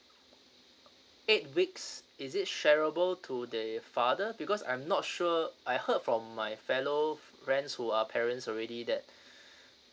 eight weeks is it shareable to the father because I'm not sure I heard from my fellow friends who are parents already that